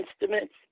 instruments